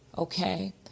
Okay